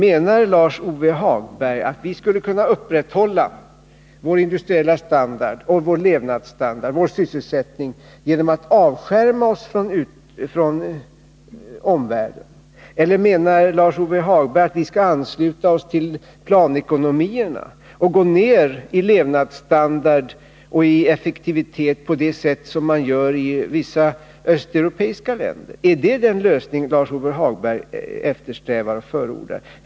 Menar Lars-Ove Hagberg att vi skulle kunna upprätthålla vår industriella standard, vår levnadsstandard och vår sysselsättning genom att avskärma oss från omvärlden, eller menar Lars-Ove Hagberg att vi skall ansluta oss till planekonomierna och gå ned i levnadsstandard och i effektivitet på samma sätt som man har gjort i vissa östeuropeiska länder? Är det den lösningen som Lars-Ove Hagberg eftersträvar?